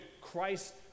Christ